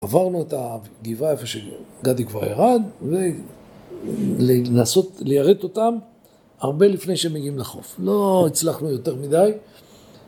עברנו את הגבעה איפה שגדי כבר ירד ולנסות לירת אותם הרבה לפני שהם יגיעים לחוף לא הצלחנו יותר מדי